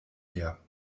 her